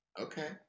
okay